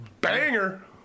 Banger